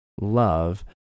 love